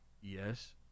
Yes